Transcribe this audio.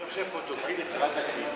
אני חושב, פה תוקפים את שרת הקליטה.